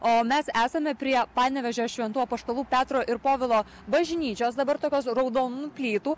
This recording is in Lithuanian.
o mes esame prie panevėžio šventų apaštalų petro ir povilo bažnyčios dabar tokios raudonų plytų